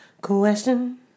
Question